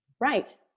Right